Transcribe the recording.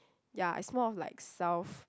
ya it's more of like self